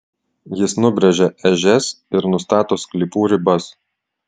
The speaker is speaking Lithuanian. jis nubrėžia ežias ir nustato sklypų ribas